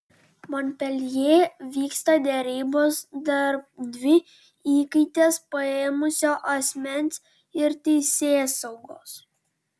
monpeljė vyksta derybos tarp dvi įkaites paėmusio asmens ir teisėsaugos